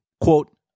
Quote